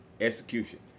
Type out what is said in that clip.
Execution